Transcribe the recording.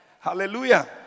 hallelujah